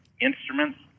instruments